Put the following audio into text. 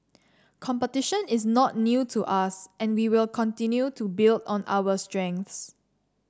competition is not new to us and we will continue to build on our strengths